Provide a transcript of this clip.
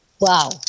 Wow